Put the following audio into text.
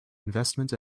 investment